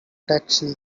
taxi